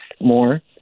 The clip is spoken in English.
more